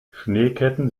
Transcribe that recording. schneeketten